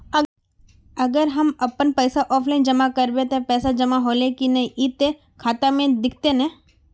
अगर हम अपन पैसा ऑफलाइन जमा करबे ते पैसा जमा होले की नय इ ते खाता में दिखते ने?